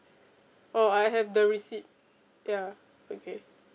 oh I have the receipt ya okay